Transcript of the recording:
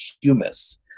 humus